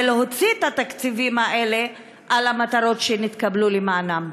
להוציא את התקציבים האלה על המטרות שהם התקבלו למענן.